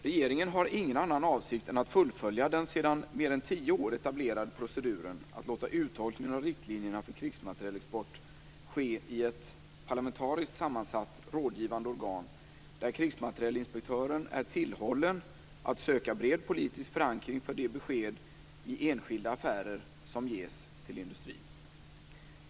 Regeringen har ingen annan avsikt än att fullfölja den sedan mer än tio år etablerade proceduren att låta uttolkningen av riktlinjerna för krigsmaterielexport ske i ett parlamentariskt sammansatt rådgivande organ, där krigsmaterielinspektören är tillhållen att söka bred politisk förankring för de besked i enskilda affärer som ges till industrin.